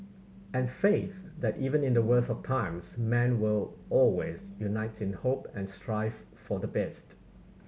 and faith that even in the worst of times man will always unite in the hope and strive for the best